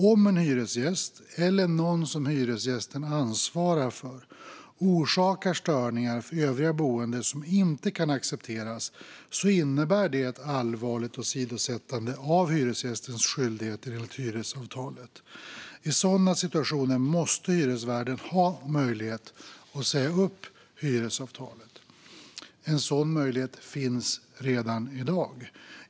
Om en hyresgäst, eller någon som hyresgästen ansvarar för, orsakar störningar för övriga boende som inte kan accepteras innebär det ett allvarligt åsidosättande av hyresgästens skyldigheter enligt hyresavtalet. I sådana situationer måste hyresvärden ha möjlighet att säga upp hyresavtalet. En sådan möjlighet finns redan i dag.